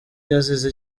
yazize